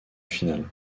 finale